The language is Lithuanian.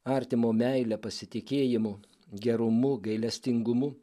artimo meile pasitikėjimu gerumu gailestingumu